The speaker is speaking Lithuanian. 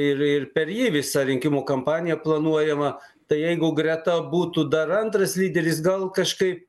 ir ir per jį visa rinkimų kampanija planuojama tai jeigu greta būtų dar antras lyderis gal kažkai